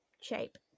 shape